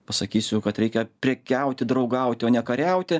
pasakysiu kad reikia prekiauti draugauti o ne kariauti